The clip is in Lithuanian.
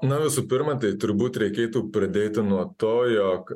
na visų pirma tai turbūt reikėtų pradėti nuo to jog